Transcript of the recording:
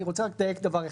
אני רוצה רק לדייק דבר אחד.